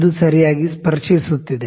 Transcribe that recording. ಅದು ಸರಿಯಾಗಿ ಸ್ಪರ್ಶಿಸುತ್ತಿದೆ